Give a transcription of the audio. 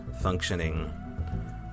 functioning